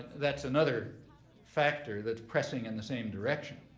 that's another factor that's pressing in the same direction.